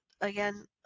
again